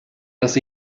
dass